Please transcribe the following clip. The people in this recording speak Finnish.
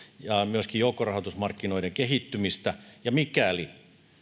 ja myöskin joukkorahoitusmarkkinoiden kehittymistä ja mikäli